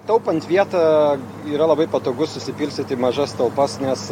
taupant vietą yra labai patogu susipilstyti į mažas talpas nes